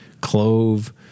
clove